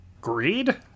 Greed